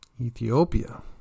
Ethiopia